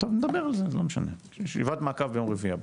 נדבר על זה, ישיבת מעקב ביום רביעי הבא.